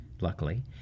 luckily